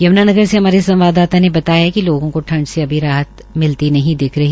यम्नानगर से हमारे संवाददाता ने बताया है कि लोगों को ठंड से अभी राहत मिलती नहीं दिख रही